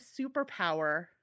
superpower